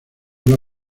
una